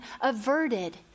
averted